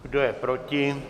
Kdo je proti?